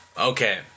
Okay